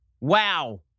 Wow